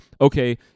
okay